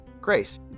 Grace